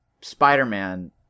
spider-man